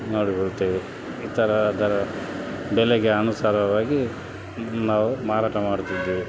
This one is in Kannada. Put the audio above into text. ನೋಡಿಕೊಳ್ತೇವೆ ಈ ಥರ ದರ ಬೆಲೆಗೆ ಅನುಸಾರವಾಗಿ ನಾವು ಮಾರಾಟ ಮಾಡುತ್ತಿದ್ದೇವೆ